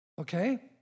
Okay